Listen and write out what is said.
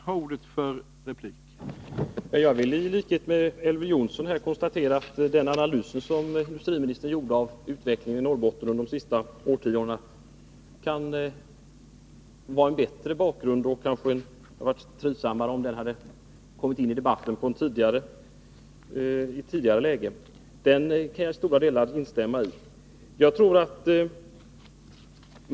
Herr talman! Jag vill i likhet med Elver Jonsson konstatera att den analys som industriministern gjorde av utvecklingen i Norrbotten under de senaste årtiondena kan vara en bättre bakgrund för debatten. Det kanske hade varit trivsammare om den kommit in i debatten i ett tidigare läge. I stora delar kan jag instämma i analysen.